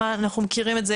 אנחנו מכירים את זה,